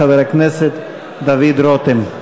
חבר הכנסת דוד רותם.